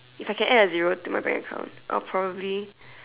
if I can add a zero to my bank account I will probably